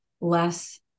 less